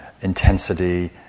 intensity